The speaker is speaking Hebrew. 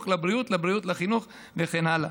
לחינוך, לבריאות, לבריאות, לחינוך וכן הלאה,